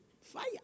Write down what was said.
Fire